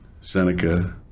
Seneca